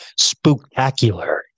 spooktacular